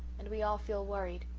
and we all feel worried.